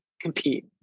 compete